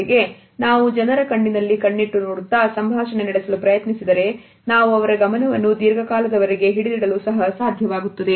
ಜೊತೆಗೆ ನಾವು ಜನರ ಕಣ್ಣಿನಲ್ಲಿ ಕಣ್ಣಿಟ್ಟು ನೋಡುತ್ತಾ ಸಂಭಾಷಣೆ ನಡೆಸಲು ಪ್ರಯತ್ನಿಸಿದರೆ ನಾವು ಅವರ ಗಮನವನ್ನು ದೀರ್ಘಕಾಲದವರೆಗೆ ಹಿಡಿದಿಡಲು ಸಹ ಸಾಧ್ಯವಾಗುತ್ತದೆ